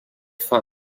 fun